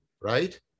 Right